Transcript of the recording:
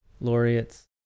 laureates